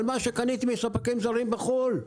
על מה שקניתי מספקים זרים בחו"ל.